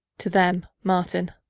to them martin.